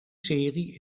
serie